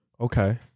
Okay